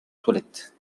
toilette